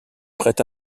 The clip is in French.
fret